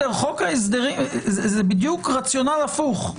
זה בדיוק רציונל הפוך.